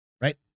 Right